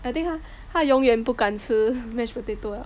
helps I think 他他永远不敢吃 mash potato lah